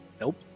Nope